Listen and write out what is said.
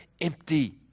empty